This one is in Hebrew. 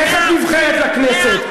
איך את נבחרת לכנסת?